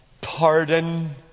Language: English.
pardon